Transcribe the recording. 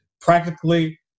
practically